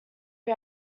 who